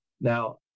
Now